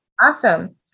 Awesome